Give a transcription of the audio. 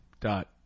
Dot